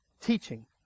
Teaching